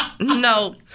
No